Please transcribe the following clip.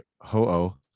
Ho